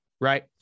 right